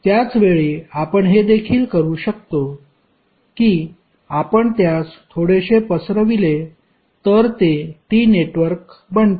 त्याच वेळी आपण हे देखील करू शकतो की आपण त्यास थोडेसे पसरविले तर ते T नेटवर्क बनते